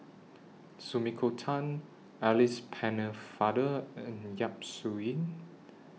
Sumiko Tan Alice Pennefather and Yap Su Yin